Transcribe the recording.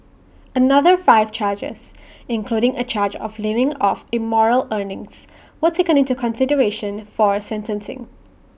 another five charges including A charge of living off immoral earnings were taken into consideration for sentencing